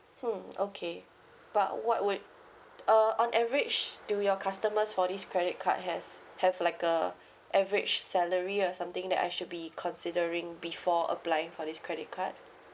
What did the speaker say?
hmm okay but what would uh on average do your customers for this credit card has have like a average salary or something that I should be considering before applying for this credit card